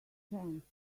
chance